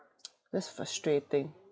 that's frustrating